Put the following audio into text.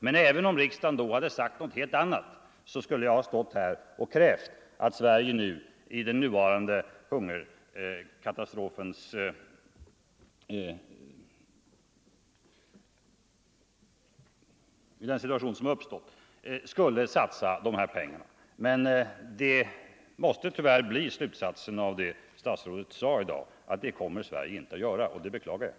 Men även om riksdagen då hade sagt någonting helt annat, så skulle det ändå varit motiverat att nu kräva stora ansträngningar på grund av hungerkatastrofen. Slutsatsen av vad statsrådet sade i dag måste tyvärr bli att någon sådan insats blir det inte — och det beklagar jag.